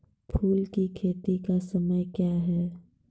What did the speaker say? फुल की खेती का समय क्या हैं?